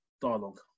dialogue